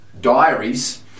Diaries